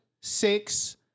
six